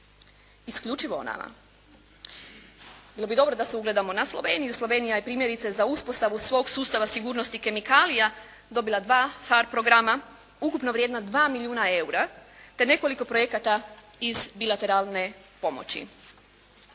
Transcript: Isključivo o nama. Bilo bi dobro da se ugledamo na Sloveniju. Slovenija je primjerice za uspostavu svog sustava sigurnosti kemikalija dobila dva PHARE programa ukupno vrijedna 2 milijuna eura te nekoliko projekata iz bilateralne pomoći.